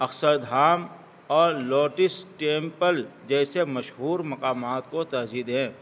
اکثر دھام اور لوٹس ٹیمپل جیسے مشہور مقامات کو تجد ہیں